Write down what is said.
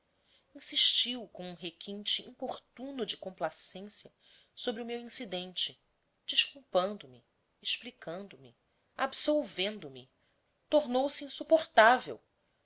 insistiu com um requinte importuno de complacência sobre o meu incidente desculpando me explicando me absolvendo me tornou-se insuportável